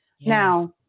Now